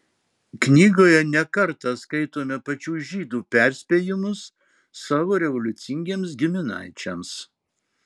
knygoje ne kartą skaitome pačių žydų perspėjimus savo revoliucingiems giminaičiams